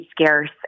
scarce